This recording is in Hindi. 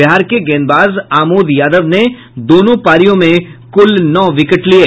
बिहार के गेंदवाज आमोद यादव ने दोनों पारियों में कुल नौ विकेट लिये